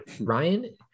Ryan